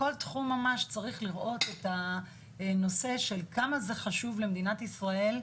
כל תחום ממש צריך לראות את הנושא של כמה זה חשוב למדינת ישראל,